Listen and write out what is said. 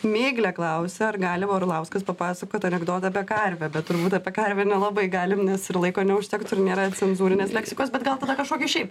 miglė klausia ar gali orlauskas papasakot anekdotą apie karvę bet turbūt apie karvę nelabai galim nes ir laiko neužtektų ir nėra cenzūrinės leksikos bet gal tada kažkokį šiaip